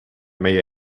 meie